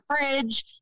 fridge